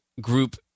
group